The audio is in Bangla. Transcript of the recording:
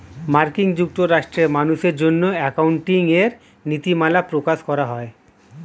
মার্কিন যুক্তরাষ্ট্রে মানুষের জন্য অ্যাকাউন্টিং এর নীতিমালা প্রকাশ করা হয়